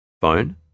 Phone